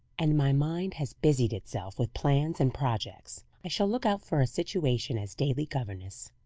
and my mind has busied itself with plans and projects. i shall look out for a situation as daily governess.